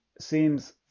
seems